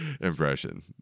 impression